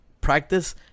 practice